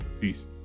peace